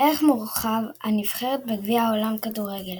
ערך מורחב – הנבחרות בגביע העולם בכדורגל